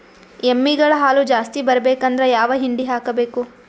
ಎಮ್ಮಿ ಗಳ ಹಾಲು ಜಾಸ್ತಿ ಬರಬೇಕಂದ್ರ ಯಾವ ಹಿಂಡಿ ಹಾಕಬೇಕು?